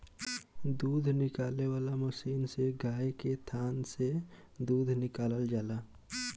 दूध निकाले वाला मशीन से गाय के थान से दूध निकालल जाला